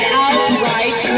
outright